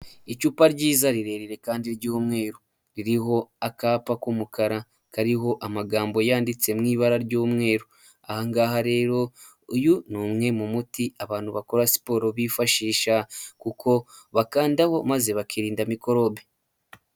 Icupa ryiza rirerire kandi ry'umweru ririho akapa k'umukara kariho amagambo yanditse mu ibara ry'umweru aha ngaha rero uyu ni umwe mu muti abantu bakora siporo bifashisha kuko bakandaho maze bakirinda mikorobe.